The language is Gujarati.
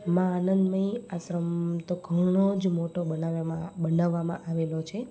મા આનદ મઈ આશ્રમ તો ઘણો જ મોટો બનાવવામાં આવેલો છે